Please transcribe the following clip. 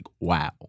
wow